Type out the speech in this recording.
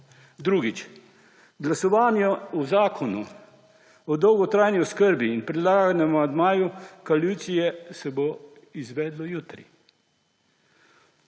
Drugič, glasovanje o zakonu o dolgotrajni oskrbi in predlaganem amandmaju koalicije se bo izvedlo jutri,